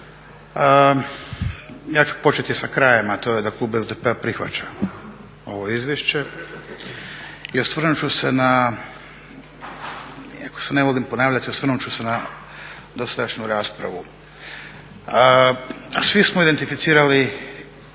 Ja ću početi sa krajem, a to je da klub SDP-a prihvaća ovo izvješće i osvrnut ću se iako se ne volim ponavljati, osvrnut ću se na dosadašnju raspravu. Svi smo identificirali